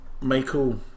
Michael